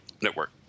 Network